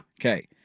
Okay